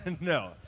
No